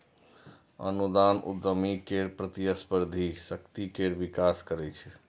अनुदान उद्यमी केर प्रतिस्पर्धी शक्ति केर विकास करै छै